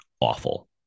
awful